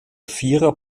vierer